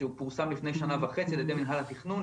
שפורסם לפני שנה וחצי על ידי מינהל התכנון.